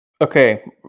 Okay